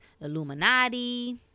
Illuminati